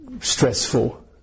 stressful